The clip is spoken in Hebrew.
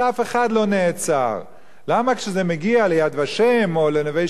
למה כשזה מגיע "ליד ושם" או לנווה-שלום כולם מזדעקים?